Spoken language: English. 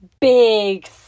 big